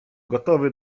gotowy